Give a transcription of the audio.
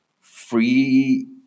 free